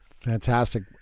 fantastic